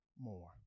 more